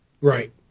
Right